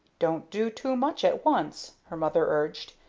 don't do too much at once, her mother urged.